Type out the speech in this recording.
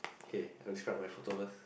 K I describe my photo first